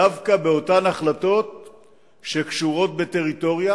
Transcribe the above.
דווקא באותן החלטות שקשורות בטריטוריה,